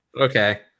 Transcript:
Okay